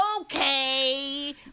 Okay